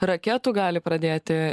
raketų gali pradėti